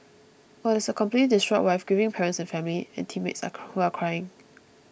while there is a completely distraught wife grieving parents and family and teammates who are crying